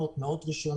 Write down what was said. זה באזור רמת בקע.